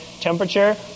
temperature